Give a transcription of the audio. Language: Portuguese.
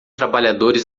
trabalhadores